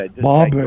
Bob